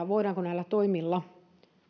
voidaanko näillä toimilla